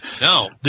No